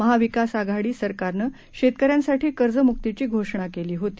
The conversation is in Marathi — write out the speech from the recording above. महाविकास आघाडी सरकारन शेतकऱ्यायांसाठी कर्जम्क्तीची घोषणा केली होती